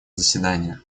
заседания